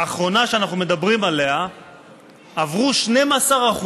האחרונה שאנחנו מדברים עליה עברו 12%,